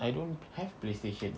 I don't have playstation